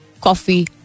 Coffee